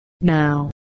Now